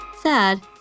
sad